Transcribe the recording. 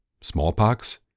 smallpox